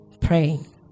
praying